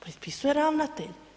Potpisuje ravnatelj.